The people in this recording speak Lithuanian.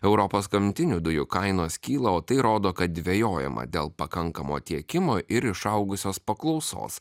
europos gamtinių dujų kainos kyla o tai rodo kad dvejojama dėl pakankamo tiekimo ir išaugusios paklausos